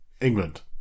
England